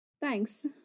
thanks